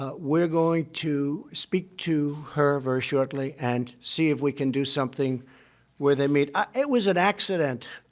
ah we're going to speak to her very shortly and see if we can do something where they meet ah it was an accident.